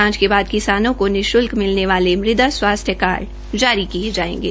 जांच के बाद किसानों को निःशुल्क मिलने वाले मृदा स्वास्थ्य कार्ड जारी किये जायेंगे